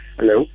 Hello